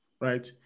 right